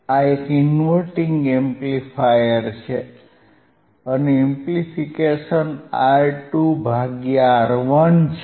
આ એક inverting amplifier છે અને એમ્પ્લીફિકેશન R2 ભાગ્યા R1 છે